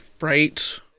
Right